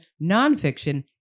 nonfiction